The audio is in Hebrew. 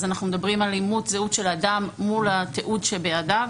אז אנחנו מדברים על אימות זהות של אדם מול התיעוד שבידיו,